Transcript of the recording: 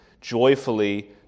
joyfully